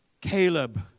Caleb